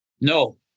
No